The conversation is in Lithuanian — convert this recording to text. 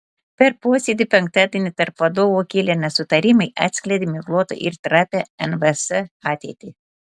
per posėdį penktadienį tarp vadovų kilę nesutarimai atskleidė miglotą ir trapią nvs ateitį